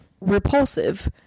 repulsive